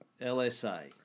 LSA